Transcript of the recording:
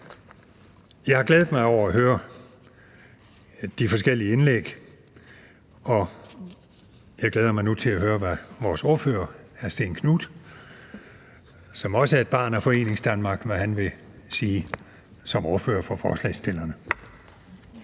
Jeg har glædet mig over at høre de forskellige indlæg, og jeg glæder mig nu til at høre, hvad hr. Stén Knuth, som også er et barn af Foreningsdanmark, vil sige som ordfører for forslagsstillerne.